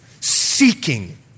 Seeking